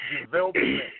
development